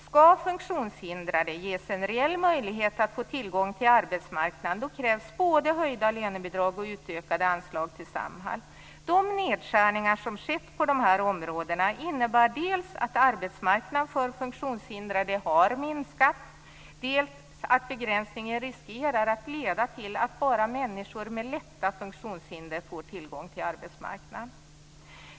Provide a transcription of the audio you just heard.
Skall funktionshindrade ges en reell möjlighet att få tillgång till arbetsmarknaden krävs både höjda lönebidrag och utökade anslag till Samhall. De nedskärningar som har skett på det här området innebär dels att arbetsmarknaden för funktionshindrade har minskat, dels att begränsningen riskerar att leda till att bara människor med lätta funktionshinder får tillgång till arbetsmarknaden.